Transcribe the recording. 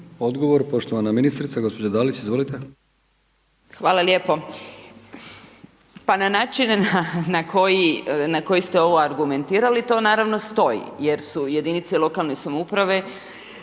Odgovor poštovana ministrica gospođa Dalić, izvolite. **Dalić, Martina (Nezavisni)** Hvala lijepo. Pa na način na koji ste ovo argumentirali, to naravno stoji jer su jedinice lokalne samouprave